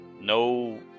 no